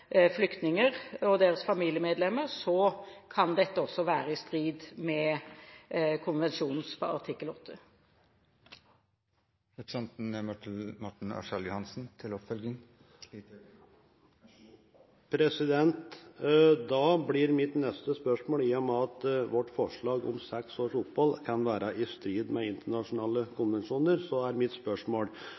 flyktninger og deres familiemedlemmer, kan dette også være i strid med konvensjonens artikkel 8. Da blir mitt neste spørsmål, i og med at vårt forslag om seks års opphold kan være i strid med internasjonale konvensjoner: